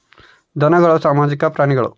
ಧನಗಳು ಸಾಮಾಜಿಕ ಪ್ರಾಣಿಗಳು